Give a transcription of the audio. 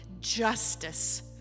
justice